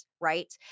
right